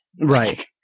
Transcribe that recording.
Right